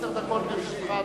עשר דקות לרשותך,